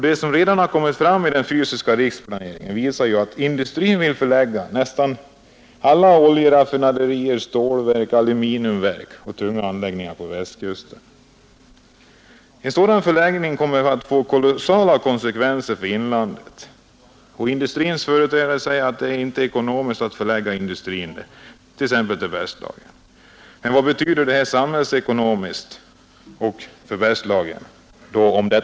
Det som redan har framkommit från den fysiska riksplaneringen visar att industrin vill förlägga nästan alla oljeraffinaderier, stålverk, aluminiumverk och andra tunga anläggningar på Västkusten. En förläggning dit kommer att få kolossala konsekvenser för inlandet. Industrins företrädare säger att det inte är ekonomiskt lönsamt att förlägga industri till t.ex. Bergslagen, men vad betyder det då samhällsekonomiskt om hela Bergslagen skrotas?